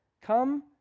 Come